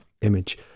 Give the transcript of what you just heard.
image